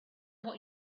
what